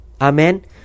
Amen